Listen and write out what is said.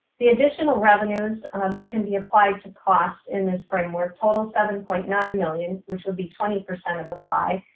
the additional revenues that can be applied to costs in this framework total seven point nine million which would be twenty percent of the pie.